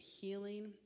healing